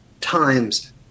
times